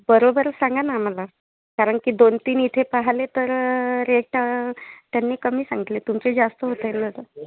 बरोबर सांगा ना आम्हाला कारण की दोन तीन इथे पाहिले तर रेट त्यांनी कमी सांगितले तुमचे जास्त होत आहे दादा